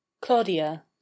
claudia